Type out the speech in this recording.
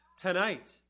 tonight